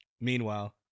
Meanwhile